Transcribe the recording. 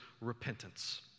repentance